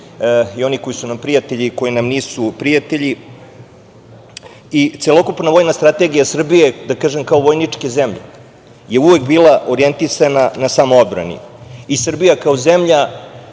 i oni koji su nam prijatelji i koji nam nisu prijatelji. Celokupna vojna strategija Srbije kao vojničke zemlje je uvek bila orijentisana na samoodbrani. I Srbija kao zemlja